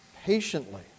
patiently